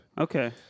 Okay